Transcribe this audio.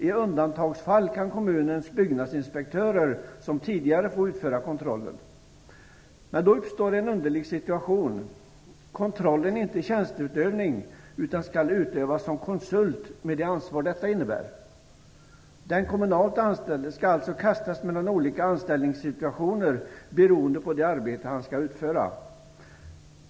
I undantagsfall kan kommunens byggnadsinspektörer, som tidigare, få utföra kontrollen. Då uppstår en underlig situation. Kontrollen är inte tjänsteutövning utan skall utövas som konsultuppdrag, med det ansvar detta innebär. Den kommunalt anställde skall alltså kastas mellan olika anställningssituationer beroende på det arbete han skall utföra.